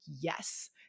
yes